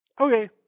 Okay